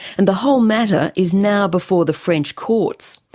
and the whole matter is now before the french courts.